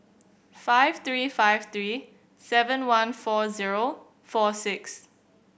five three five three seven one four zero four six